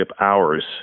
hours